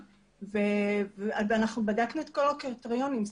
ובדקנו את כל הקריטריונים,